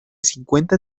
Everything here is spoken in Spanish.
cincuenta